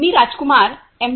मी Rajkumar M